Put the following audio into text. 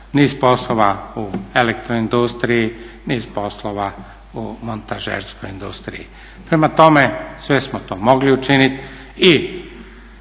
niz poslova u elektro industriji, niz poslova u montažerskoj industriji. Prema tome sve smo to mogli učiniti